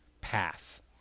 path